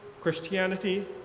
Christianity